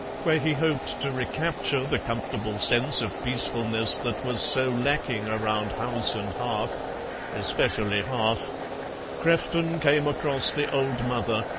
where he hoped to recapture the comfortable sense of peacefulness that was so lacking around house and hearth especially hearth crefton came across the old mother,